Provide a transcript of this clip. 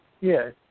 yes